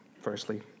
firstly